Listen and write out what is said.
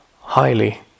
highly